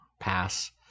Pass